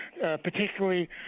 particularly